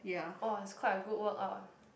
oh is quite a good workout ah